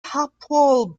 hapoel